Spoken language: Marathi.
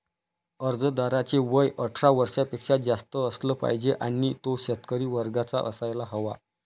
अर्जदाराचे वय अठरा वर्षापेक्षा जास्त असलं पाहिजे आणि तो शेतकरी वर्गाचा असायला हवा